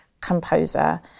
composer